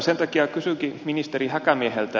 sen takia kysynkin ministeri häkämieheltä